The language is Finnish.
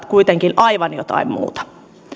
kuitenkin aivan jotain muuta